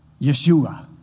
Yeshua